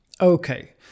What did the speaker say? Okay